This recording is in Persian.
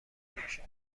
باشد